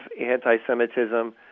anti-Semitism